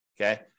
Okay